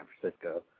Francisco